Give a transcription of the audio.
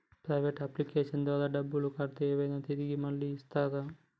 Private అప్లికేషన్ల ద్వారా డబ్బులు కడితే ఏమైనా తిరిగి మళ్ళీ ఇస్తరా?